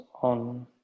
on